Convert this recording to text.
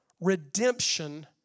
redemption